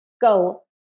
go